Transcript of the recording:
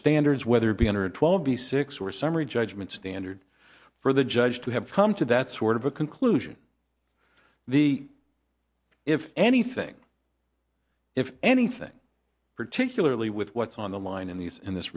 standards weatherby under twelve b six or summary judgment standard for the judge to have come to that sort of a conclusion the if anything if anything particularly with what's on the line in these in this